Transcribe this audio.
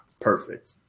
perfect